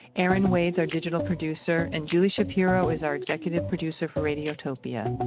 erin wade's our digital producer and julie shapiro is our executive producer for radiotopia.